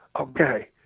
okay